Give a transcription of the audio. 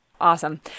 Awesome